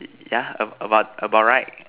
yeah about about about right